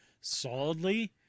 solidly